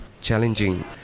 challenging